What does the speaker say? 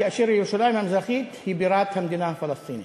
כאשר ירושלים המזרחית היא בירת המדינה הפלסטינית.